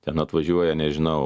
ten atvažiuoja nežinau